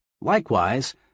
Likewise